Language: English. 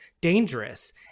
dangerous